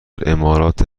امارات